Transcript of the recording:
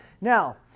Now